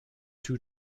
two